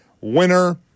winner